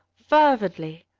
fervently,